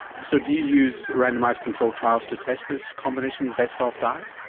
so do you use randomised control trials to test this combination best of diet?